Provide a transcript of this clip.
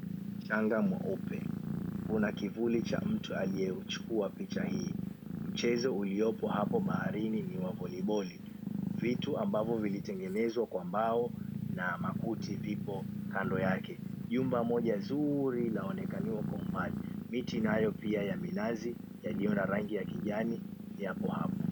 Mchanga mweupe. Kuna kivuli cha mtu aliyechukua picha hii. Mchezo uliopo hapo baharini ni wa voliboli. Vitu ambavyo vilitengenezwa kwa mbao na makuti vipo kando yake. Nyumba moja nzuri inaonekaniwa kwa umbali. Miti nayo pia ya minazi yaliyo na rangi ya kijani yapo hapo.